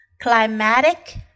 Climatic